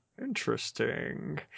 Interesting